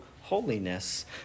holiness